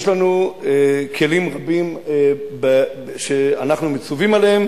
יש לנו כלים רבים שאנחנו מצווים עליהם